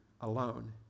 alone